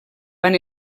van